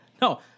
No